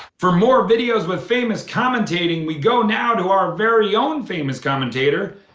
for more videos with famous commentating we go now to our very own famous commentator,